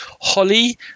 Holly